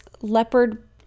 leopard